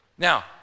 Now